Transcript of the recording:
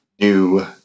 new